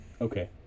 Okay